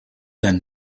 then